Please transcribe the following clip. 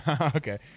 Okay